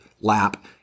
lap